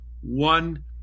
one